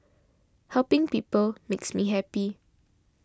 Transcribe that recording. helping people makes me happy